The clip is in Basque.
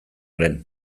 lehen